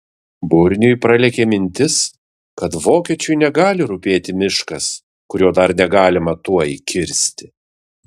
burniui pralėkė mintis kad vokiečiui negali rūpėti miškas kurio dar negalima tuoj kirsti